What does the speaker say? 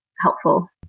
helpful